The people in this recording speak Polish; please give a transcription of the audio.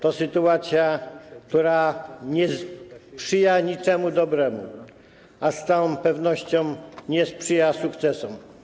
To sytuacja, która nie sprzyja niczemu dobremu, a z całą pewnością nie sprzyja sukcesom.